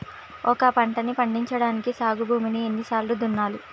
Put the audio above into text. ఒక పంటని పండించడానికి సాగు భూమిని ఎన్ని సార్లు దున్నాలి?